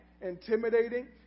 intimidating